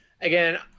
again